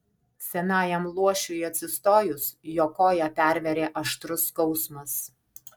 senajam luošiui atsistojus jo koją pervėrė aštrus skausmas